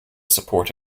support